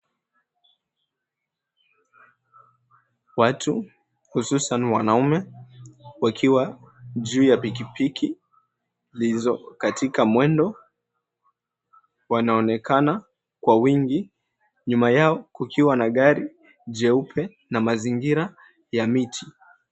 Watu hususan mwanaume wakiwa juu ya pikipiki zilizo katika mwendo wanaonekana kwa wingi nyuma yao kukiwa na gari jeupe na mazingira ya miti.